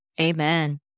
Amen